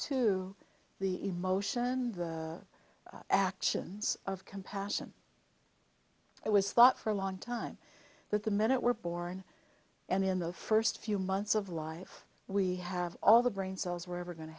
to the emotion the actions of compassion it was thought for a long time that the minute we're born and in the first few months of life we have all the brain cells we're ever going to